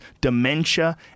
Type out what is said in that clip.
dementia